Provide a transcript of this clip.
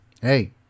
Hey